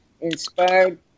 inspired